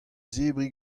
zebriñ